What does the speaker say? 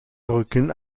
rücken